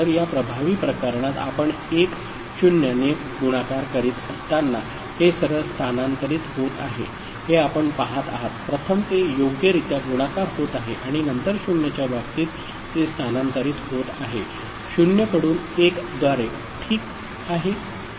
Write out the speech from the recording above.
तर या प्रभावी प्रकरणात आपण 10 ने गुणाकार करीत असताना हे सरळ स्थानांतरित होत आहे हे आपण पहात आहात प्रथम ते योग्यरित्या गुणाकार होत आहे आणि नंतर 0 च्या बाबतीत ते स्थानांतरित होत आहे 0 कडून 1 द्वारे ठीक आहे